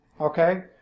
Okay